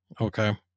Okay